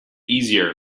easier